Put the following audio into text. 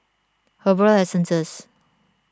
Herbal Essences